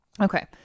Okay